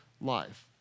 life